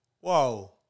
Whoa